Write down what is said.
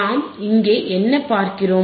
நாம் இங்கே என்ன பார்க்கிறோம்